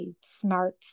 smart